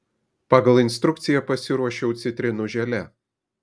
pagal instrukciją pasiruošiau citrinų želė